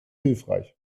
hilfreich